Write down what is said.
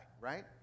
right